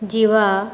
जिवा